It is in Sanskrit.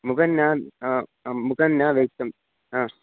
मुखन्न मुखं न व्यक्तं हा